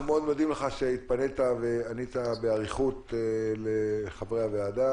אנחנו מאוד מודים לך שהתפנית וענית באריכות לחברי הוועדה.